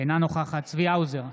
אינה נוכחת צבי האוזר,